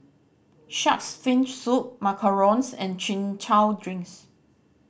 Shark's Fin Soup macarons and Chin Chow drinks